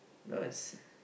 no it's